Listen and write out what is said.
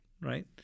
right